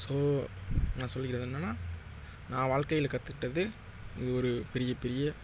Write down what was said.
so நான் சொல்லிக்கிறது என்னனா நான் வாழ்க்கையில் கற்றுக்கிட்டது இது ஒரு பெரிய பெரிய